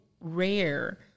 rare